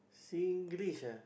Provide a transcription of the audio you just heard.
Singlish ah